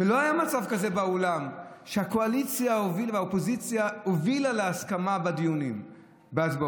ולא היה מצב כזה באולם שהקואליציה והאופוזיציה הובילו להסכמה בהצבעות,